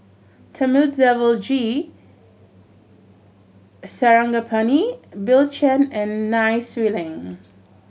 Thamizhavel G Sarangapani Bill Chen and Nai Swee Leng